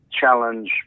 Challenge